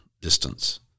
distance